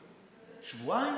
שבועיים,